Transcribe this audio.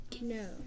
No